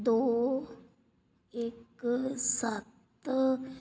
ਦੋ ਇੱਕ ਸੱਤ